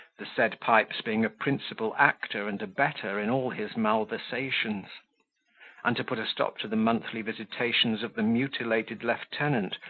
the said pipes being a principal actor and abettor in all his malversations and to put a stop to the monthly visitations of the mutilated lieutenant,